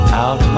out